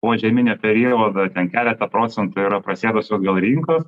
po žieminio periodo ten keletą procentų yra pasėdusios gal rinkos